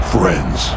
Friends